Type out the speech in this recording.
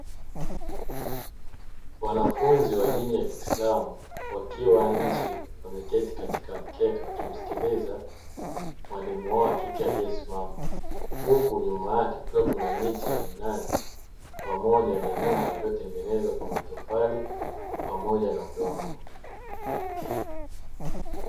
Wanafunzi wa dini ya kiislamu wakiwa nje wameketi katika mkeka wakimsikiliza mwalimu wao wa kike aliyesimama, huku nyuma yake kukawa kuna miti ya minazi pamoja na nyumba iliyotengenezwa kwa matofali pamoja na udongo.